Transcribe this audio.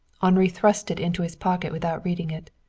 henri thrust it into his pocket without reading it.